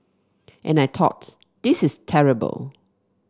and I thought this is terrible